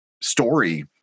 story